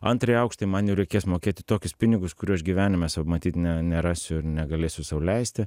antrąjį aukštąjį man jau reikės mokėti tokius pinigus kurių aš gyvenime savo matyt ne nerasiu ir negalėsiu sau leisti